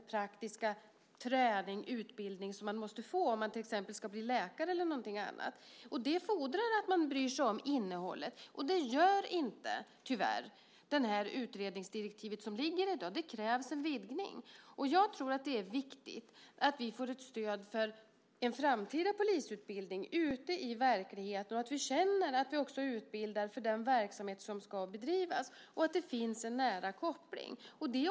Det har man fått göra när det gäller sjuksköterskeutbildningen och andra vårdutbildningar inom högskolan, till exempel den utbildning man måste få om man ska bli läkare. Det fordrar att man bryr sig om innehållet, och det utredningsdirektiv som föreligger i dag gör inte det, tyvärr. Det krävs en vidgning. Jag tror att det är viktigt att vi får stöd för en framtida polisutbildning ute i verkligheten, att vi känner att vi utbildar för den verksamhet som ska bedrivas och att det finns en nära koppling.